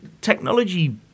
technology